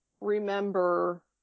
remember